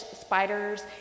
spiders